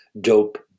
dope